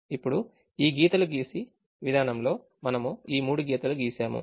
ఇప్పుడు ఈ గీతలు గీసే విధానంలో మనము మూడు గీతలు గీసాము